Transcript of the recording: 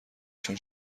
چون